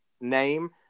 name